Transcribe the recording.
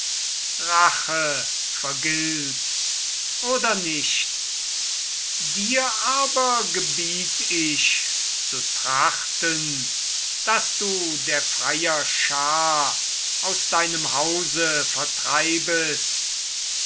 rache vergilt oder nicht dir aber gebiet ich zu trachten daß du der freier schar aus deinem hause vertreibest